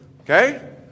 okay